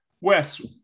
Wes